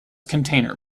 container